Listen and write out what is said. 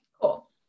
Cool